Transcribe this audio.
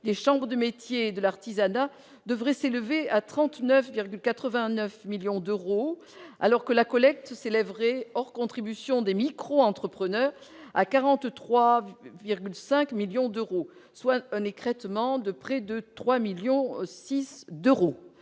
des chambres de métiers et de l'artisanat devrait s'élever à 39,89 millions d'euros, alors que la collecte s'élèverait, hors contribution des micro-entrepreneurs, à 43,5 millions euros, soit un écrêtement de près de 3,6 millions d'euros.